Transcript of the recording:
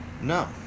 No